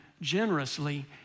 generously